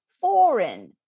foreign